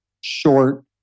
short